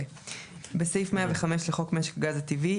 (6)בסעיף 105 לחוק משק הגז הטבעי,